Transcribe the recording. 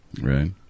Right